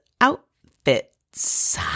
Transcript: outfits